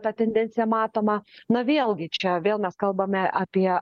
ta tendencija matoma na vėlgi čia vėl mes kalbame apie